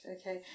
okay